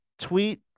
tweet